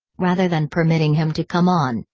rather than permitting him to come on,